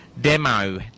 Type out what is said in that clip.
demo